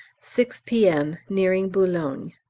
six p m nearing boulogne.